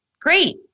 great